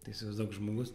tai įsivaizduok žmogus